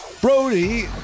Brody